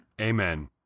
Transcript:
Amen